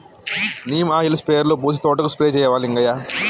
neem oil స్ప్రేయర్లో పోసి తోటకు స్ప్రే చేయవా లింగయ్య